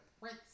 prince